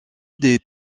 des